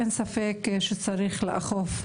אין ספק שצריך לאכוף,